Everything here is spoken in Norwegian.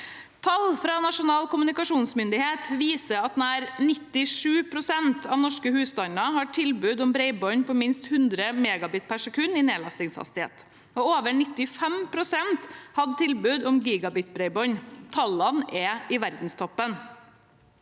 Tall fra Nasjonal kommunikasjonsmyndighet viser at nær 97 pst. av norske husstander har tilbud om bredbånd på minst 100 Mbit/s i nedlastingshastighet, og over 95 pst. har tilbud om gigabit-bredbånd. Tallene er i verdenstoppen.